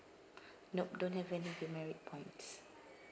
nope don't have any demerit points